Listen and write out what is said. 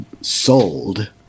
sold